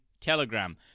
telegram